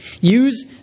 use